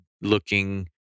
looking